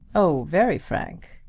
oh! very frank.